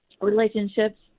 Relationships